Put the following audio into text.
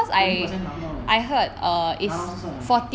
twenty percent 拿不到的拿不到就算了